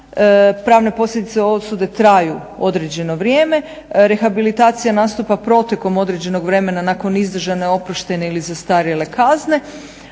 Pravne posljedice osude traju određeno vrijeme, rehabilitacija nastupa protekom određenog vremena nakon izdržane, oproštene ili zastarjele kazne,